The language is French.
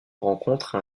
rencontre